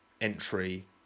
entry